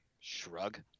shrug